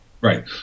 right